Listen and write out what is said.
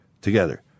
together